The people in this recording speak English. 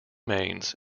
mains